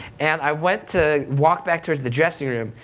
and i went to walk back towards the dressing room,